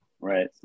Right